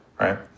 right